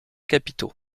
capitaux